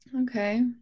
Okay